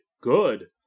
good